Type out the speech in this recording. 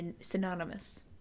synonymous